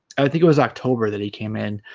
i think it was october that he came in